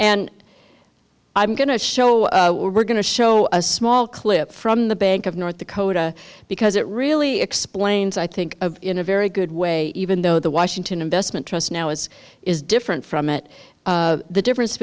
and i'm going to show we're going to show a small clip from the bank of north dakota because it really explains i think of in a very good way even though the washington investment trust now is is different from it the difference